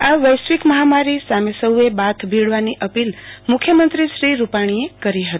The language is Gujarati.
આ વશ્વિક મહામારી સામે સૌન બાથ ભીડવાની અપીલ મુખ્યમંત્રો શ્રો રૂપાણીએ કરી હતી